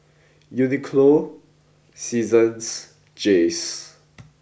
Uniqlo Seasons Jays